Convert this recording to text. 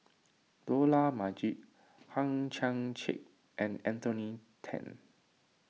Dollah Majid Hang Chang Chieh and Anthony then